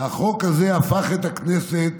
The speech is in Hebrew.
החוק הזה הפך את הכנסת